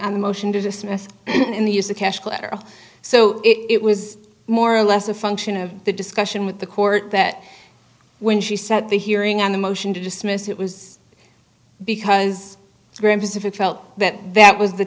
a motion to dismiss and the use of cash collateral so it was more or less a function of the discussion with the court that when she set the hearing on the motion to dismiss it was because graham pacific felt that that was the